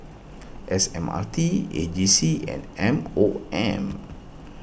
S M R T A G C and M O M